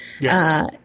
Yes